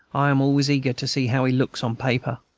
i am always eager to see how he looks on paper.